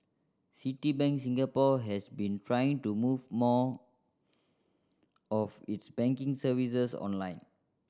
Citibank Singapore has been trying to move more of its banking services online